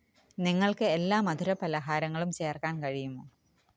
നിങ്ങൾക്ക് എല്ലാ മധുരപലഹാരങ്ങളും ചേർക്കാൻ കഴിയുമോ